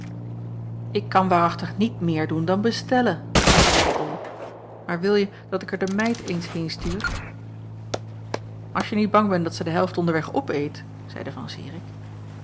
ik kan waarachtig niet meer doen dan bestellen antwoordde bol maar wilje dat ik er de meid eens heenstuur als je niet bang bent dat ze de helft onderweg opeet zeide van zirik